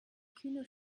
kino